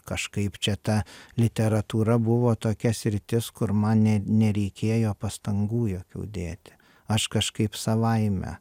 kažkaip čia ta literatūra buvo tokia sritis kur man ne nereikėjo pastangų jokių dėti aš kažkaip savaime